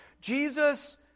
Jesus